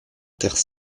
terre